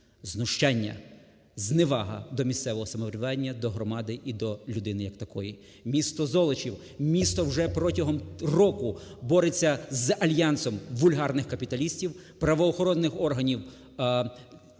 Знущання, зневага до місцевого самоврядування, до громади і до людини як такої. Місто Золочів. Місто вже протягом року бореться з альянсом вульгарних капіталістів, правоохоронних органів